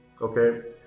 okay